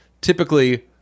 typically